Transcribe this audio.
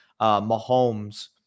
Mahomes